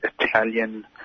Italian